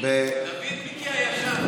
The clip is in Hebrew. תביא את מיקי הישן.